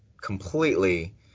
completely